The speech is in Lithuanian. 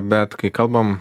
bet kai kalbam